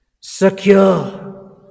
secure